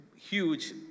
huge